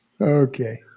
okay